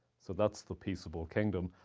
so that's the peaceable kingdom.